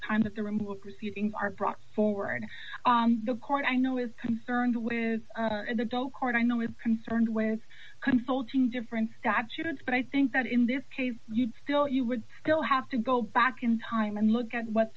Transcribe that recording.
time that the removal proceedings are brought forward the court i know is concerned with adult court i know is concerned with consulting different statutes but i think that in this case you'd still you would still have to go back in time and look at what